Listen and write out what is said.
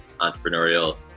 entrepreneurial